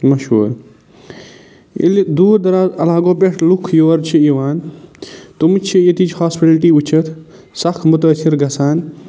مہشوٗر ییٚلہِ دوٗر دراز علاقَو پٮ۪ٹھ لُکھ یور چھِ یِوان تِمہٕ چھِ یٔتِچ ہاسپِٹَلٹی وُچِتھ سخ مُتٲثِر گژھان